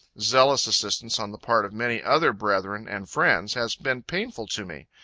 zealous assistance on the part of many other brethren and friends, has been painful to me.